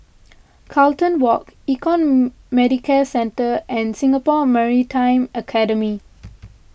Carlton Walk Econ Medicare Centre and Singapore Maritime Academy